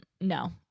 No